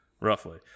Roughly